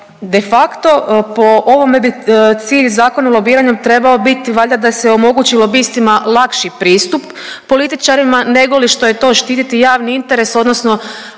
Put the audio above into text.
de facto po ovome bi cilj Zakona o lobiranju trebao biti valjda da se omogući lobistima lakši pristup političarima negoli što je to štititi javni interes, odnosno